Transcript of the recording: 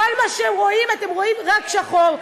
כל מה שרואים, אתם רואים רק שחור.